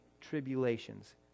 tribulations